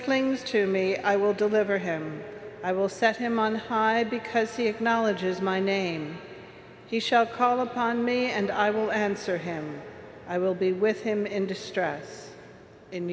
clings to me i will deliver him i will set him on high because he acknowledges my name he shall call upon me and i will answer him i will be with him in distress in